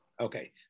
Okay